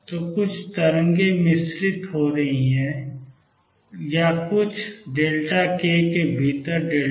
तो कुछ तरंगें मिश्रित हो रही हैं यह कुछ k के भीतर k है